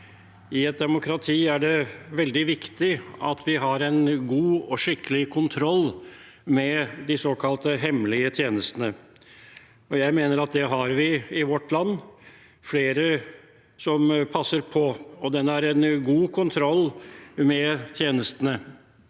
i et demokrati er det veldig viktig at vi har en god og skikkelig kontroll med de såkalt hemmelige tjenestene, og jeg mener at det har vi i vårt land. Det er flere som passer på, og det er en god kontroll med tjenestene.